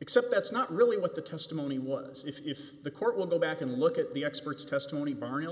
except that's not really what the testimony was if the court will go back and look at the experts testimony b